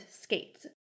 skates